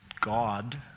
God